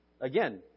Again